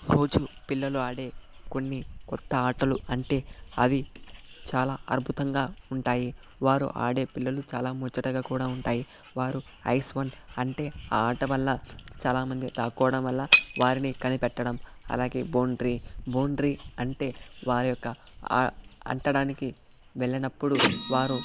రోజు పిల్లలు ఆడే కొన్ని కొత్త ఆటలు అంటే అవి చాలా అద్భుతంగా ఉంటాయి వారు ఆడే పిల్లలు చాలా ముచ్చటగా కూడా ఉంటాయి వారు ఐస్ వన్ అంటే ఆ ఆట వల్ల చాలామంది దాక్కోవడం వల్ల వారిని కనిపెట్టడం అలాగే బౌండ్రి బౌండ్రి అంటే వారి యొక్క అంటడానికి వెళ్ళినప్పుడు వారు